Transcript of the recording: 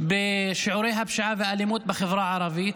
בשיעורי הפשיעה והאלימות בחברה הערבית.